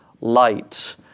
light